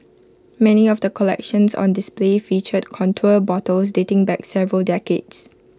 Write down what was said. many of the collections on display featured contour bottles dating back several decades